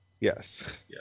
Yes